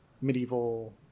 medieval